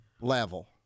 level